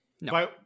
No